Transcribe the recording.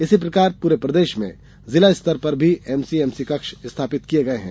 इसी प्रकार पूरे प्रदेश में जिला स्तर पर भी एमसीएमसी कक्ष स्थापित किये गये हैं